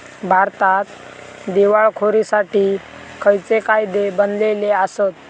भारतात दिवाळखोरीसाठी खयचे कायदे बनलले आसत?